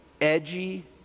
edgy